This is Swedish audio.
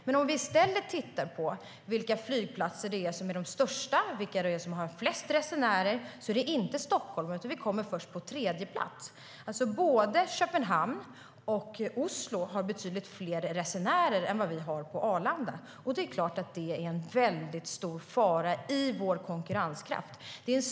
Men om vi tittar på vilka flygplatser som är störst och har flest resenärer är det inte Stockholm. Vi kommer först på tredje plats. Både Köpenhamn och Oslo har betydligt fler resenärer än Arlanda. Det är en stor fara för vår konkurrenskraft.